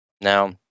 Now